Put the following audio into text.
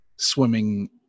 Swimming